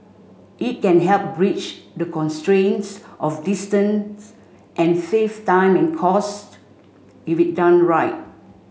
it can help bridge the constraints of distance and save time and costs if it done right